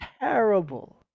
Terrible